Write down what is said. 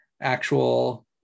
actual